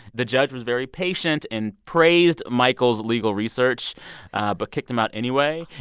the judge was very patient and praised michael's legal research but kicked him out anyway.